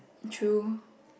true